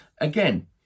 again